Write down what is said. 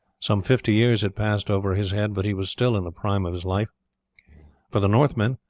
some fifty years had passed over his head, but he was still in the prime of his life for the northmen,